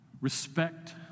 Respect